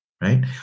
right